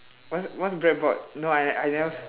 what's what's bread board no I I never